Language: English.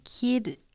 kid